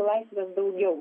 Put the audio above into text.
laisvės daugiau